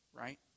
Right